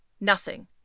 Nothing